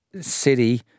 City